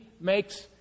makes